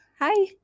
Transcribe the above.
Hi